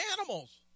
animals